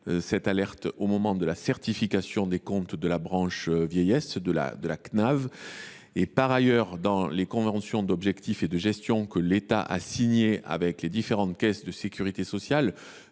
cette alerte lors de la certification des comptes de la branche vieillesse. Par ailleurs, dans les conventions d’objectifs et de gestion (COG) que l’État a signées avec les différentes caisses de sécurité sociale,